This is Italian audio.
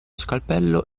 scalpello